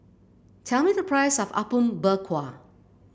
tell me the price of Apom Berkuah